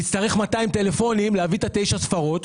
נצטרך לעשות 200 טלפונים כדי לקבל את תשע הספרות.